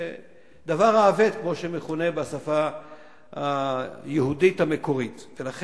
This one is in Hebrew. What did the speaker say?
כמו שמכונה בשפה היהודית המקורית "דבר האבד".